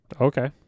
Okay